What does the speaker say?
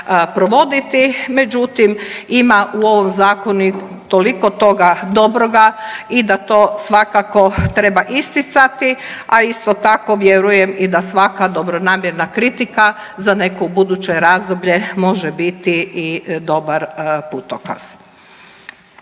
provoditi. Međutim, ima u ovom zakonu toliko toga dobroga i da to svakako treba isticati a isto tako vjerujem i da svaka dobronamjerna kritika za neko buduće razdoblje može biti i dobar putokaz.